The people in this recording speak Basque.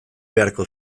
beharko